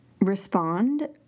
respond